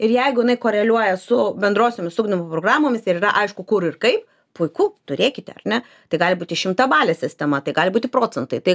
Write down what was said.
ir jeigu jinai koreliuoja su bendrosiomis ugdymo programomis ir yra aišku kur ir kaip puiku turėkite ar ne tai gali būti šimtabalė sistema tai gali būti procentai tai